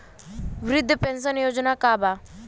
वृद्ध पेंशन योजना का बा?